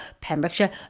Pembrokeshire